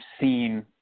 seen